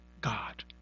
God